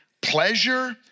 pleasure